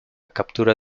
captura